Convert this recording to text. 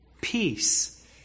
peace